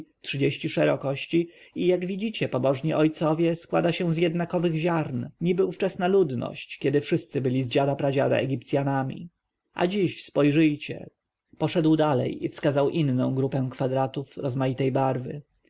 trzydzieści szerokości i jak widzicie pobożni ojcowie składa się z jednakowych ziarn niby ówczesna ludność kiedy wszyscy byli z dziada-pradziada egipcjanami a dziś spojrzyjcie poszedł dalej i wskazał na inną grupę kwadratów rozmaitej barwy